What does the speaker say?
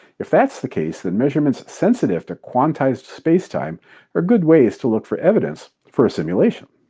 if that's the case, then measurements sensitive to quantized spacetime are good ways to look for evidence for a simulation.